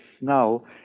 now